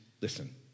listen